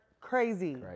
crazy